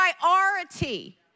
priority